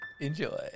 Enjoy